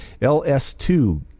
LS2